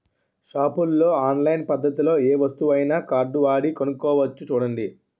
షాపుల్లో ఆన్లైన్ పద్దతిలో ఏ వస్తువునైనా కార్డువాడి కొనుక్కోవచ్చు చూడండి